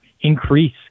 increase